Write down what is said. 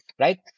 right